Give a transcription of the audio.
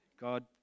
God